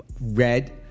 Red